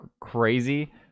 crazy